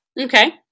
Okay